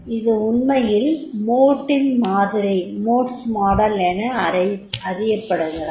இது உண்மையில் மோட்டின் மாதிரி Mott's Model என அறியப்படுகிறது